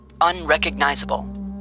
unrecognizable